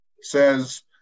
says